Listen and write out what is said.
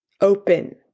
open